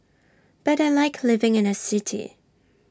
but I Like living in A city